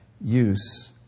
use